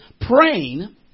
praying